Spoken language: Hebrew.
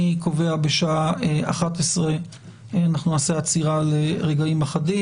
אני קובע שבשעה 11:00 אנחנו נעשה עצירה לרגעים אחדים.